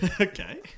Okay